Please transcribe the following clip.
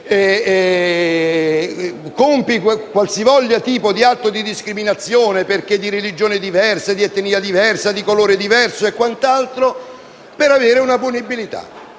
compiere qualsivoglia tipo di atto di discriminazione verso una persona, perché di religione diversa, di etnia diversa, di colore diverso e quant'altro, per avere una punibilità.